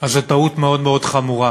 אז זו טעות מאוד מאוד חמורה.